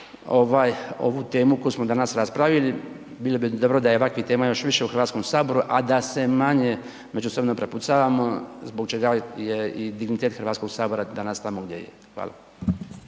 ovu temu koju smo danas raspravili, bilo bi dobro da je ovakvih tema još više u Hrvatskom saboru a da se manje međusobno prepucavamo zbog čega je i dignitet Hrvatskog sabora danas tamo gdje je. Hvala.